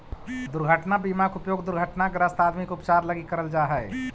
दुर्घटना बीमा के उपयोग दुर्घटनाग्रस्त आदमी के उपचार लगी करल जा हई